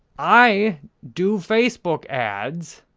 i do facebook ads.